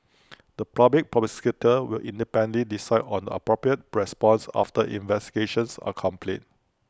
the Public Prosecutor will independently decide on appropriate response after investigations are complete